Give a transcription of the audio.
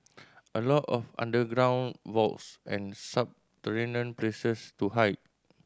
a lot of underground vaults and subterranean places to hide